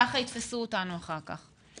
ככה יתפסו אותנו אחר כך.